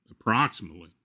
approximately